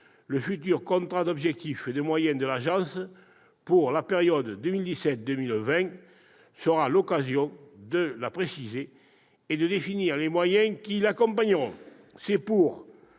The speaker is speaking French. Le futur contrat d'objectifs et de moyens de l'agence, défini pour la période 2017-2020, sera l'occasion de la préciser et de définir les moyens qui l'accompagneront.